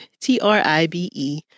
T-R-I-B-E